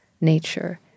nature